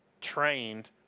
trained